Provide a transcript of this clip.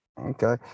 Okay